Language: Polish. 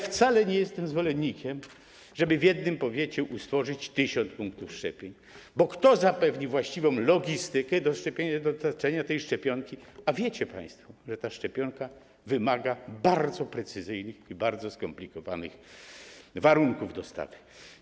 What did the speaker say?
Wcale nie jestem zwolennikiem tego, żeby w jednym powiecie utworzyć 1 tys. punktów szczepień, bo kto zapewni właściwą logistykę w zakresie szczepień, dostarczenia tej szczepionki, a wiecie państwo, że ta szczepionka wymaga bardzo precyzyjnych i bardzo skomplikowanych warunków dostawy.